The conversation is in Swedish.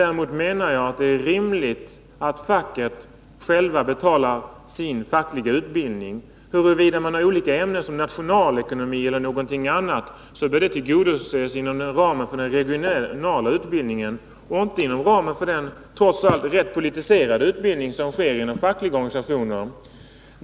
Däremot menar jag att det är rimligt att facket självt betalar sin fackliga utbildning. Utbildningsbehov i sådana ämnen som t.ex. nationalekonomi bör emellertid tillgodoses inom ramen för den regionala utbildningen och inte inom ramen för den trots allt rätt politiserade utbildning som bedrivs inom fackliga organisationer.